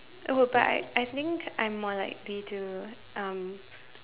oh but I I think I'm more likely to um